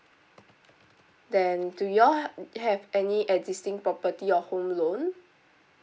then do y'all have have any existing property in your home loan